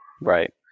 Right